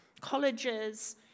colleges